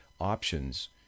options